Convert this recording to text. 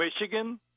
Michigan